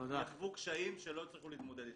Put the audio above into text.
יש קשיים שהם לא יצליחו להתמודד איתם.